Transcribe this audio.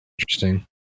Interesting